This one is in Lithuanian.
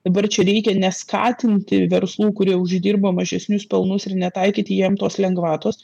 dabar čia reikia neskatinti verslų kurie uždirba mažesnius pelnus ir netaikyti jiem tos lengvatos